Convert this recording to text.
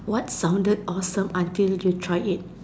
what sounded awesome until you tried it